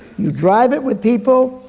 you drive it with people,